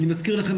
אני מזכיר לכם,